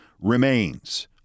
remains